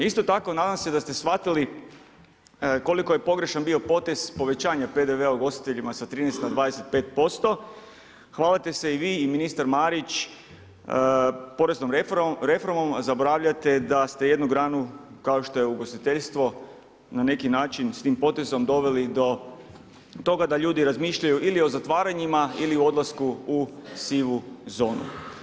Isto tako, nadam se da ste shvatili koliko je pogrešan bio potez povećanja PDV-a ugostiteljima sa 13 na 25%, hvalite se i vi i ministar Marić poreznom reformom, zaboravljate da ste jednu granu kao što je ugostiteljstvo na neki način s tim potezom doveli do toga da ljudi razmišljaju ili o zatvaranjima ili o odlasku u sivu zonu.